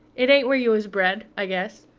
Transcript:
it ain't where you was bred, i guess.